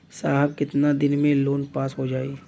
साहब कितना दिन में लोन पास हो जाई?